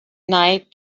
night